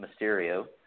Mysterio